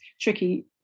tricky